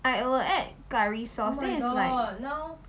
I will add curry sauce tthen it's like